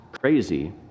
crazy